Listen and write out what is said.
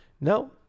no